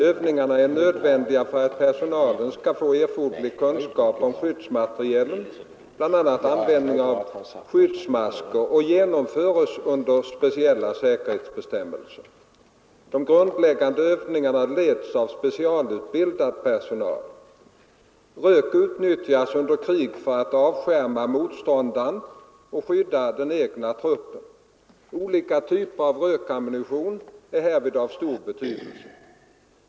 Övningarna är nödvändiga för att personalen skall få erforderlig kunskap om skyddsmaterielen, bl.a. användning av skyddsmasker, och genomförs under speciella säkerhetsbestämmelser. De grundläggande övningarna leds av specialutbildad personal. Rök utnyttjas under krig för att avskärma motståndaren och skydda den egna truppen. Olika typer av rökammunition är härvid av stor betydelse.